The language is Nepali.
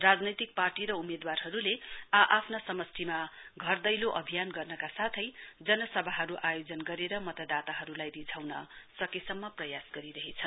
राजनैतिक पार्टी र उम्मेदवारहरुले आ आफ्ना समस्टिमा घर दैलो अभियान गर्नका साथै जनसभाहरु आयोजन गरे मतदाताहरुलाई रिझाउन सकेसम्म प्रयास गरिरहेछ